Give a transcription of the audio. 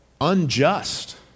unjust